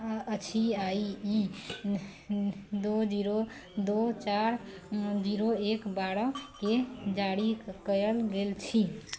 आ आ ई दो जीरो दो चार जीरो एक बारह के जारीके कयल गेल छी